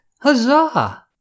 Huzzah